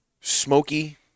smoky